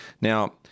Now